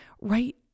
right